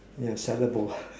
ya salad bowl